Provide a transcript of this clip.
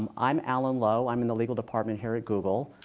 um i'm allen lo. i'm in the legal department here at google.